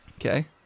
Okay